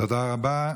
תודה רבה.